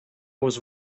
was